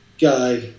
guy